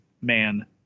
man